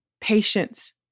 patience